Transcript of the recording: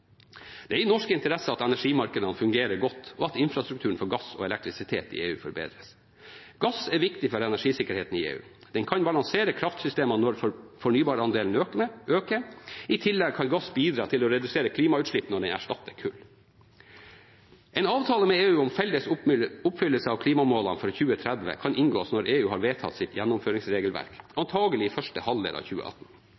Det er i norsk interesse at energimarkedene fungerer godt, og at infrastrukturen for gass og elektrisitet i EU forbedres. Gass er viktig for energisikkerheten i EU. Den kan balansere kraftsystemene når fornybarandelen øker. I tillegg kan gass bidra til å redusere klimagassutslipp når den erstatter kull. En avtale med EU om felles oppfyllelse av klimamålene for 2030 kan inngås når EU har vedtatt sitt gjennomføringsregelverk,